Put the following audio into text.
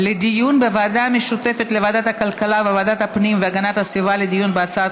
לוועדה המשותפת לוועדת הכלכלה ולוועדת הפנים והגנת הסביבה לדיון בהצעת